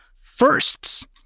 Firsts